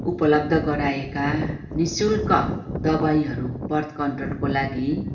उपलब्ध गराइएका निःशुल्क दवाईहरू बर्थ कन्ट्रोलको लागि